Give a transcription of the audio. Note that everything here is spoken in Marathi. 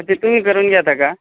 ते तुम्ही करून घेता का